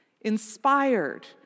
inspired